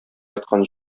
яткан